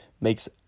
makes